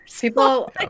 People